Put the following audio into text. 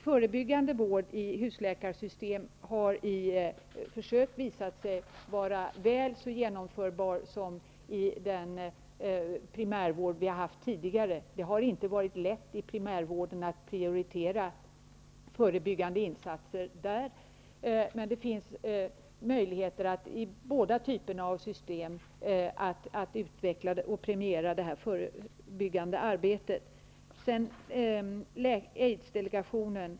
Förebyggande vård i husläkarsystem har i försök visat sig vara väl så genomförbar som i den primärvård vi har haft tidigare. Det har inte varit lätt att i primärvården prioritera förebyggande insatser. Det finns möjligheter att i båda typerna av system premiera det förebyggande arbetet.